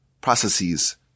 processes